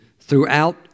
throughout